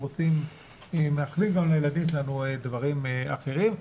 אנחנו רוצים ומאחלים לילדים שלנו דברים אחרים.